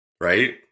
Right